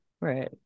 right